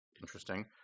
interesting